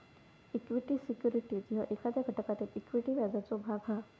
equity securities ह्यो एखाद्या घटकातील इक्विटी व्याजाचो भाग हा